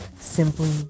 simply